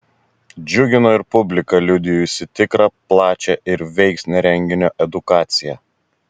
džiugino ir publika liudijusi tikrą plačią ir veiksnią renginio edukaciją